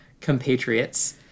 compatriots